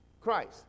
Christ